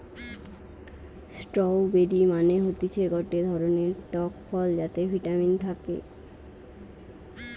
strawberry মানে হতিছে গটে ধরণের টক ফল যাতে ভিটামিন থাকে